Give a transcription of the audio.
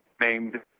named